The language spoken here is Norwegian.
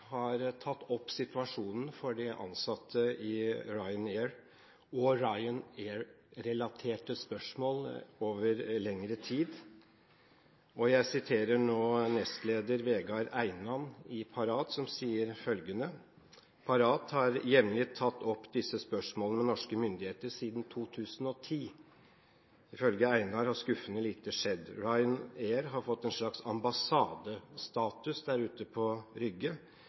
har tatt opp situasjonen for de ansatte i Ryanair og Ryanair-relaterte spørsmål over lengre tid. Nestleder Vegard Einan i Parat sier at Parat jevnlig har tatt opp disse spørsmålene med norske myndigheter siden 2010. Ifølge Einan har skuffende lite skjedd: «Ryanair har fått en slags ambassadestatus der ute på Rygge.